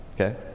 Okay